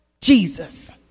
Jesus